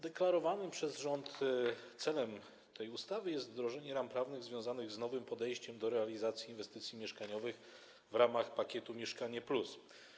Deklarowanym przez rząd celem tego projektu ustawy jest wdrożenie ram prawnych związanych z nowym podejściem do realizacji inwestycji mieszkaniowych w ramach pakietu „Mieszkanie+”